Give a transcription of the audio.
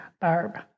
Barb